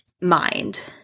mind